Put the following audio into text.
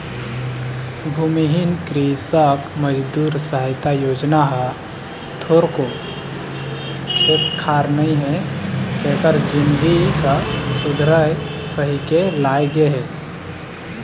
भूमिहीन कृसक मजदूर सहायता योजना ह थोरको खेत खार नइ हे तेखर जिनगी ह सुधरय कहिके लाए गे हे